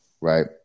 right